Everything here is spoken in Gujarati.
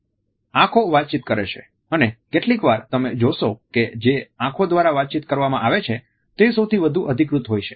આંખો વાતચીત કરે છે અને કેટલીક વાર તમે જોશો કે જે આંખો દ્વારા વાતચીત કરવામાં આવે છે તે સૌથી વધુ અધિકૃત હોય છે